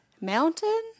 mountain